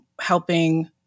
helping